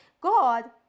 God